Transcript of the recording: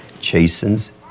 chastens